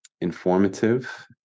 informative